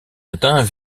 atteint